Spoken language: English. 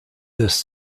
this